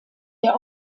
der